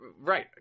Right